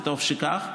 וטוב שכך.